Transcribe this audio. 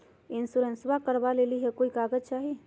इंसोरेंसबा करबा बे ली कोई कागजों चाही?